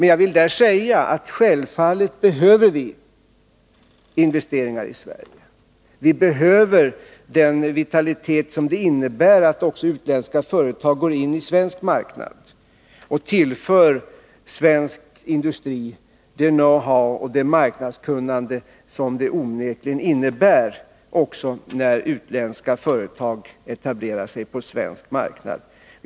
Jag villi det avseendet säga att visjälvfallet behöver investeringar i Sverige. Vi behöver den vitalitet som det innebär att också utländska företag går in i den svenska marknaden och tillför svensk industri know-how och marknadskunnande på det sätt som onekligen sker när utländska företag etablerar sig på den svenska marknaden.